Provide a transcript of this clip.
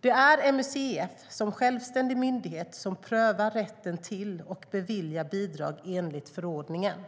Det är MUCF, som självständig myndighet, som prövar rätten till och beviljar bidrag enligt förordningen.